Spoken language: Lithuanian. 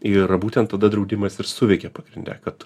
ir būtent tada draudimas ir suveikė pagrinde kad